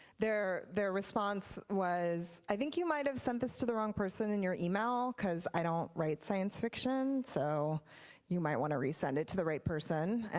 their their response was i think you might have sent this to the wrong person in your email, because i don't write science fiction, so you might want to resend it to the right person.